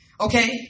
Okay